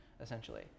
essentially